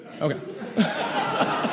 Okay